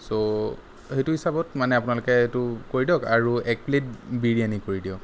চ' সেইটো হিচাপত মানে আপোনালোকে সেইটো কৰি দিয়ক আৰু এক প্লেট বিৰিয়ানী কৰি দিয়ক